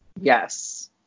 Yes